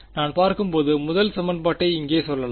எனவே நான் பார்க்கும்போது முதல் சமன்பாட்டை இங்கே சொல்லலாம்